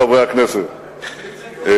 חברי הכנסת,